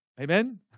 Amen